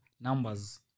Numbers